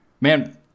man